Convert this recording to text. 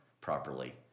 properly